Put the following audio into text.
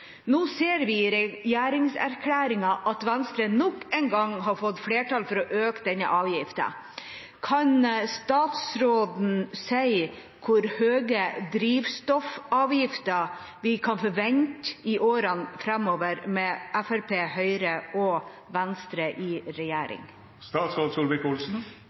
Nå ser vi i regjeringserklæringen at Venstre nok en gang har fått flertall for å øke denne avgiften. Kan statsråden si hvor høye drivstoffavgifter vi kan forvente i årene framover, med Fremskrittspartiet, Høyre og Venstre i